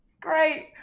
great